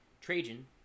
Trajan